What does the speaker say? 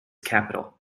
capital